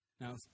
Now